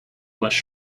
much